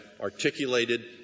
articulated